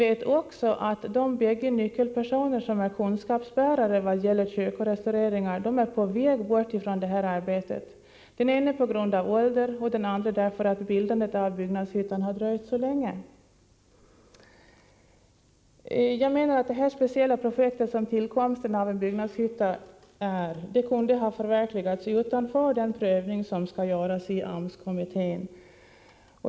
Vi vet att de bägge nyckelpersoner som är kunskapsbärare vad gäller kyrkorestaureringar är på väg bort från arbetet, den ena på grund av ålder och den andra därför att bildandet av byggnadshytta har dröjt så länge. Jag menar att det speciella projekt som tillkomsten av en byggnadshytta innebär kunde ha förverkligats utanför den prövning som skall göras av AMS-kommittén.